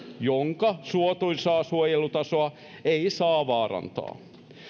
jonka suotuisaa suojelutasoa ei saa vaarantaa